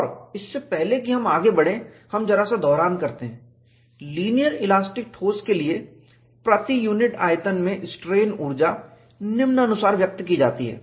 और इससे पहले कि हम आगे बढ़ें हम जरा दोहरान करते हैं लीनियर इलास्टिक ठोस के लिए प्रति यूनिट आयतन में स्ट्रेन ऊर्जा निम्नानुसार व्यक्त की जाती है